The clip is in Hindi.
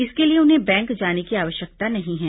इसके लिए उन्हें बैंक जाने की आवश्यकता नहीं है